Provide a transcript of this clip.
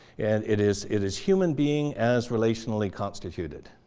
and it is it is human being as relationally constituted.